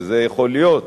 וזה יכול להיות,